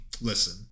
listen